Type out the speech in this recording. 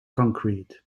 concrete